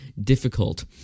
difficult